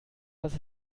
was